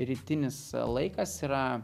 rytinis laikas yra